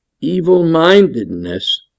evil-mindedness